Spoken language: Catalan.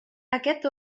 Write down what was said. aquest